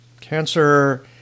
Cancer